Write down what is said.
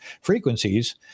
frequencies